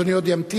אדוני עוד ימתין.